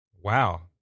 Wow